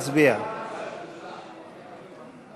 להאריך בצו את תוקפו של חוק האזרחות והכניסה לישראל (הוראת שעה),